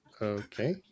Okay